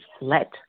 let